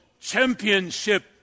championship